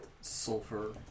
sulfur